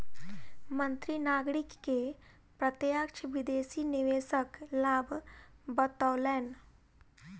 मंत्री नागरिक के प्रत्यक्ष विदेशी निवेशक लाभ बतौलैन